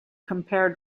compare